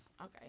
Okay